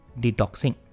detoxing